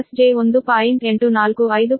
ಆದ್ದರಿಂದ Rseries per unit ಗೆ 2